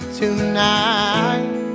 tonight